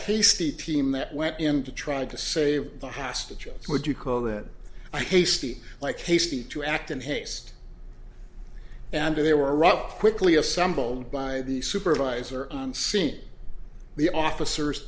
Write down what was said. hasty team that went in to try to save the hostages would you call that i tasted like hasty to act in haste and they were robbed quickly assembled by the supervisor on scene the officers